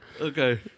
Okay